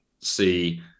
see